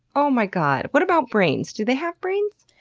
oh my god! what about brains? do they have brains?